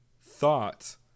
thought